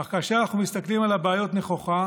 אך כאשר אנחנו מסתכלים על הבעיות נכוחה